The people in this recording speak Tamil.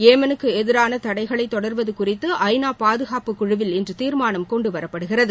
ஏமனுக்கு எதிரான தடைகளை தொடர்வது குறித்து ஐநா பாதுகாப்பு குழுவில் இன்று தீர்மானம் கொண்டுவரப்படுகிறது